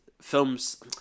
films